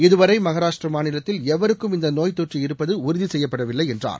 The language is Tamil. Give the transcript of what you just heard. இதுவரை மகாராஷ்டிரா மாநிலத்தில் எவருக்கும் இந்த நோய் தொற்று இருப்பது உறுதி செய்யபப்டவில்லை என்றார்